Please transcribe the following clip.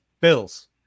Bills